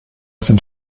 sind